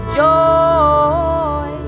joy